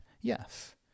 Yes